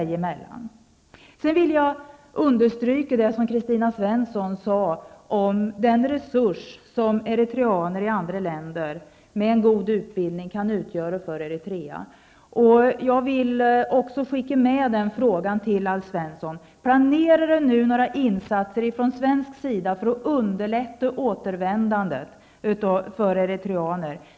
Jag vill understryka det Kristina Svensson sade om den resurs som eritreaner i andra länder med en god utbildning kan utgöra för Eritrea. Jag vill skicka följande fråga till Alf Svensson. Planeras det nu några insatser från svensk sida för att underlätta återvändandet för eritreaner?